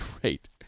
great